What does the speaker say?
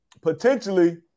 Potentially